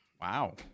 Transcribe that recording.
Wow